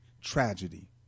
tragedy